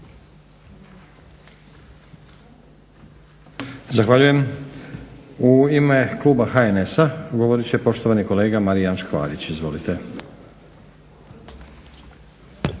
Zahvaljujem. U ime Kluba HNS-a govoriti će poštovani kolega Marijan Škvarić. Izvolite.